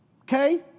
Okay